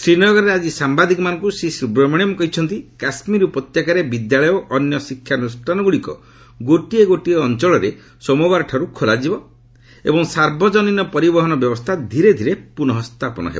ଶ୍ରୀନଗରରେ ଆଜି ସାମ୍ବାଦିକମାନଙ୍କୁ ଶ୍ରୀ ସୁବ୍ରମଣ୍ୟମ କହିଛନ୍ତି କାଶ୍ମୀର ଉପତ୍ୟକାରେ ବିଦ୍ୟାଳୟ ଓ ଅନ୍ୟ ଶିକ୍ଷାନୁଷ୍ଠାନଗୁଡ଼ିକ ଗୋଟିଏ ଗୋଟିଏ ଅଞ୍ଚଳରେ ସୋମବାରଠାରୁ ଖୋଲାଯିବ ଏବଂ ସାର୍ବଜନୀନ ପରିବହନ ବ୍ୟବସ୍ଥା ଧୀରେ ଧୀରେ ପୁନଃ ସ୍ଥାପନ ହେବ